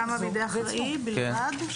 כמה בידי אחראי בלבד?